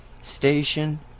Station